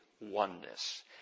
oneness